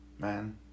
man